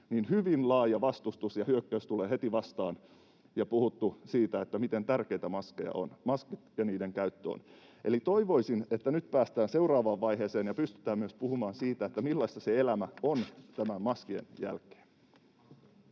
hyvin laaja vastustus ja hyökkäys tulee heti vastaan ja on puhuttu siitä, miten tärkeitä maskit ovat ja niiden käyttö on. Eli toivoisin, että nyt päästään seuraavaan vaiheeseen ja pystytään puhumaan myös siitä, millaista se elämä on maskien jälkeen.